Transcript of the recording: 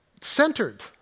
centered